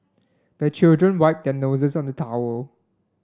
the children wipe their noses on the towel